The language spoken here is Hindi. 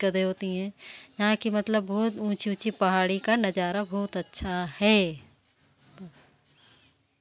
नीलकंठ हुए कोयल हुए तोता हुए मतलब इनके जो घोंसले देखने के जो नज़ारा है न बहुत अच्छा लगता जंगलों में